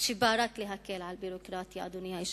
שבא רק להקל ביורוקרטיה, אדוני היושב-ראש,